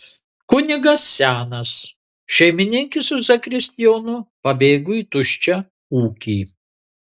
kunigas senas šeimininkė su zakristijonu pabėgo į tuščią ūkį